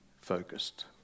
focused